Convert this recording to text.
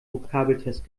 vokabeltest